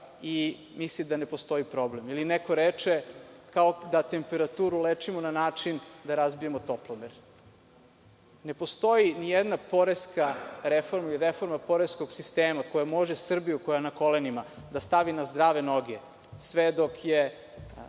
i misli da ne postoji problem. Ili, neko reče, kao da temperaturu lečimo tako što razbijemo toplomer. Ne postoji ni jedna poreska reforma ili reforma poreskog sistema koja može Srbiju koja je na kolenima da stavi na zdrave noge sve dok je